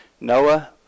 Noah